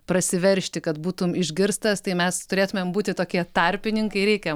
prasiveržti kad būtum išgirstas tai mes turėtumėm būti tokie tarpininkai reikia